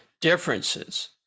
differences